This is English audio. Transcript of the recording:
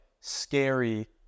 scary